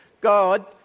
God